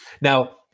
now